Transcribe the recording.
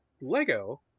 Lego